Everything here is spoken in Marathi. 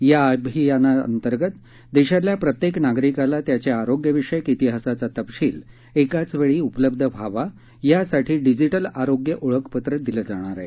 या अभियानाअंतर्गत देशातल्या प्रत्येक नागरिकाला त्याच्या आरोग्याविषयक तिहासाचा तपशील एकाच वेळी उलपब्ध व्हावा यासाठी डिजीटल आरोग्य ओळखपत्र दिलं जाणार आहे